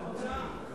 מה התוצאה?